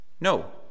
No